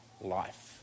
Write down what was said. life